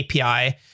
API